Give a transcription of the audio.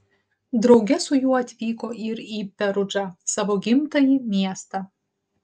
drauge su juo atvyko ir į perudžą savo gimtąjį miestą